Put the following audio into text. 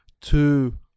two